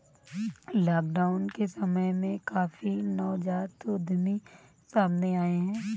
lockdown के समय में काफी नवजात उद्यमी सामने आए हैं